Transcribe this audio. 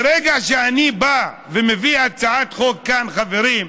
ברגע שאני בא ומביא הצעת חוק כאן, חברים,